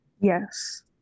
Yes